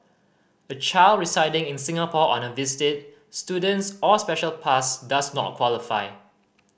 a child residing in Singapore on a visit student's or special pass does not qualify